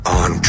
on